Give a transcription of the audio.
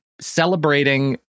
celebrating